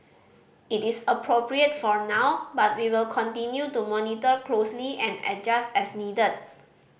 it is appropriate for now but we will continue to monitor closely and adjust as needed